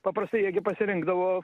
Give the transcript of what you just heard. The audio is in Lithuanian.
paprastai jie gi pasirinkdavo